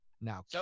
Now